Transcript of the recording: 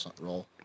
roll